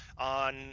on